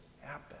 happen